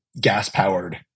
gas-powered